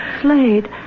Slade